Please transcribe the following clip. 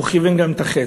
כיוון גם את החץ.